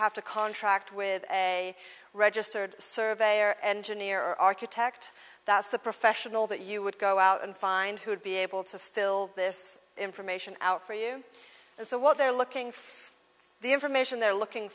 have to contract with a registered surveyor engineer or architect that's the professional that you would go out and find who would be able to fill this information out for you and so what they're looking for the information they're looking